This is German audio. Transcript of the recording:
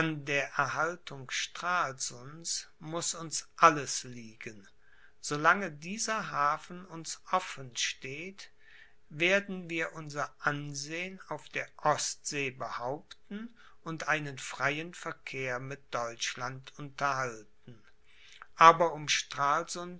der erhaltung stralsunds muß uns alles liegen so lange dieser hafen uns offen steht werden wir unser ansehen auf der ostsee behaupten und einen freien verkehr mit deutschland unterhalten aber um